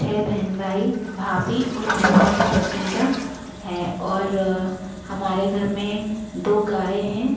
छ बहन भाई भाभी और छोटा सा भतीजा है और हमारे घर में दो गाय हैं